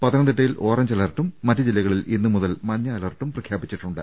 പത്തനംതിട്ടയിൽ ഓറഞ്ച് അലർട്ടും മറ്റ് ജില്ലകളിൽ ഇന്നു മുതൽ മഞ്ഞ അലർട്ടും പ്രഖ്യാപിച്ചിട്ടുണ്ട്